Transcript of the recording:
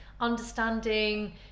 understanding